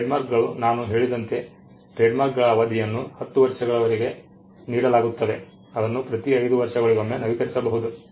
ಟ್ರೇಡ್ಮಾರ್ಕ್ಗಳು ನಾನು ಹೇಳಿದಂತೆ ಟ್ರೇಡ್ಮಾರ್ಕ್ಗಳ ಅವಧಿಯನ್ನು 10 ವರ್ಷಗಳವರೆಗೆ ನೀಡಲಾಗುತ್ತದೆ ಇದನ್ನು ಪ್ರತಿ 5 ವರ್ಷಗಳಿಗೊಮ್ಮೆ ನವೀಕರಿಸಬಹುದು